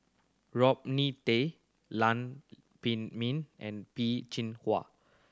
Rodney Tan Lam Pin Min and Peh Chin Hua